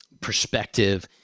perspective